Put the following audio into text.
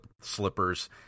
slippers